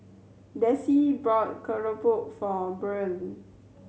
Desi bought for Buren